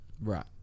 Right